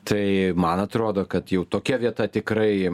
tai man atrodo kad jau tokia vieta tikrai